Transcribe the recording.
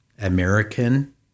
American